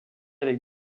avec